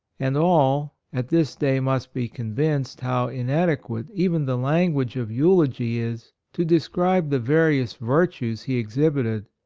and all, at this day must be convinced how inadequate even the language of eulogy is to describe the various virtues he exhibited,